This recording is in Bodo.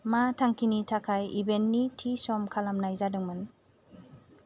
मा थांखिनि थाखाय इभेन्टनि थि सम खालामनाय जादोंमोन